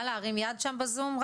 אני רוצה להגיד שלושה דברים.